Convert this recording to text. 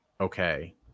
okay